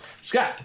Scott